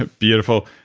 ah beautiful.